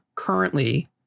Currently